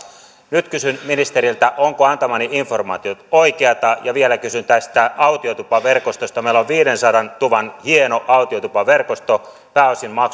nyt kysyn ministeriltä onko antamani informaatio oikeata ja vielä kysyn tästä autiotupaverkostosta meillä on viidensadan tuvan hieno autiotupaverkosto pääosin